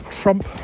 Trump